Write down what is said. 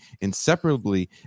inseparably